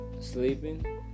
sleeping